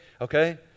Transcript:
Okay